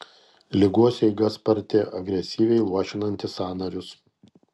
ligos eiga sparti agresyviai luošinanti sąnarius